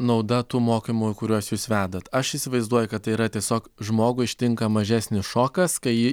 nauda tų mokymų kuriuos jūs vedat aš įsivaizduoju kad tai yra tiesiog žmogų ištinka mažesnis šokas kai